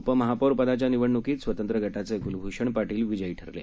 उपमहापौरपदाच्या निवडणुकीत स्वतंत्र गटाचे कुलभूषण पाटील विजयी ठरले